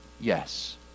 yes